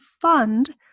fund